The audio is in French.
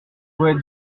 poète